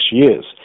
years